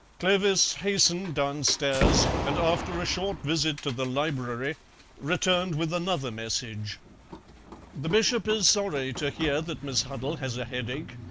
clovis hastened downstairs, and after a short visit to the library returned with another message the bishop is sorry to hear that miss huddle has a headache.